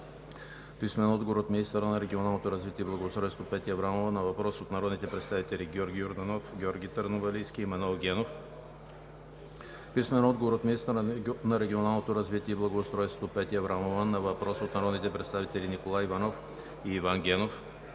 Байчев; - министъра на регионалното развитие и благоустройството – Петя Аврамова, на въпрос от народните представители Георги Йорданов, Георги Търновалийски и Манол Генов; - министъра на регионалното развитие и благоустройството – Петя Аврамова, на въпрос от народните представители Николай Иванов и Иван Генов;